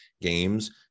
games